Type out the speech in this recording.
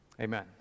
Amen